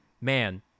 man